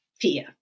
fear